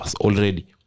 already